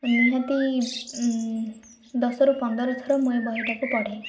ନିହାତି ଦଶରୁ ପନ୍ଦର ଥର ମୁଁ ଏ ବହିଟାକୁ ପଢ଼େ